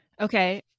Okay